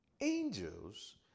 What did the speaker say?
angels